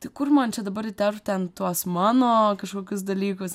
tai kur man čia dabar įterpt ten tuos mano kažkokius dalykus